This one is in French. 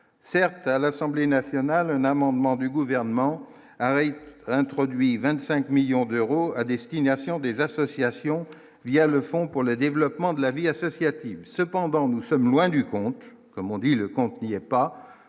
certes à l'Assemblée nationale, un amendement du gouvernement arrive introduit 25 millions d'euros à destination des associations, via le Fonds pour le développement de la vie associative, cependant, nous sommes loin du compte, comme on dit, le compte n'y a pas,